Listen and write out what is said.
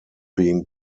being